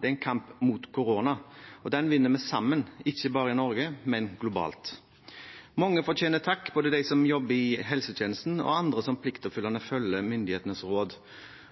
det er en kamp mot korona – og den vinner vi sammen, ikke bare i Norge, men globalt. Mange fortjener en takk, både de som jobber i helsetjenesten, andre som pliktoppfyllende følger myndighetenes råd,